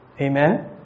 Amen